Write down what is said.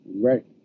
Right